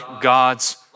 God's